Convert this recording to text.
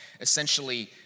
essentially